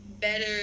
better